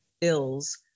ills